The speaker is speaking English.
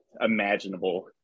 imaginable